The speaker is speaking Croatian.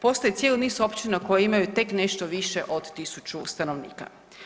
Postoji cijeli niz općina koje imaju tek nešto više od tisuću stanovnika.